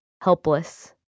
helpless